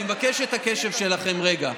אני מבקש את הקשב שלכם רגע.